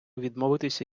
відмовитися